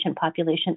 population